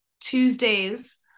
Tuesdays